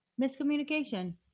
miscommunication